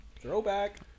throwback